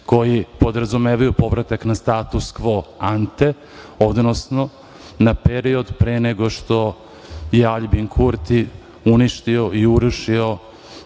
koji podrazumevaju povratak na status kvo ante, odnosno na period pre nego što je Aljbin Kurti uništio i urušio